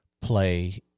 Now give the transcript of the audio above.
play